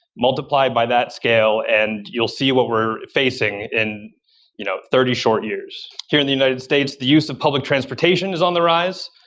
multiplied by that scale and you'll see what we're facing in you know thirty short years. here in the united states, the use of public transportation is on the rise.